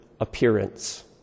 appearance